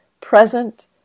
present